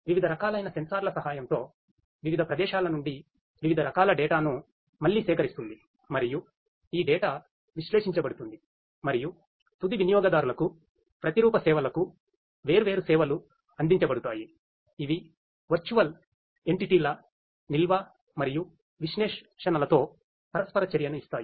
వివిధ రకాలైన సెన్సార్ల సహాయంతో వివిధ ప్రదేశాల నుండి వివిధ రకాల డేటా నిల్వ మరియు విశ్లేషణలతో పరస్పర చర్యను ఇస్తాయి